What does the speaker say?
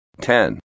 Ten